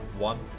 One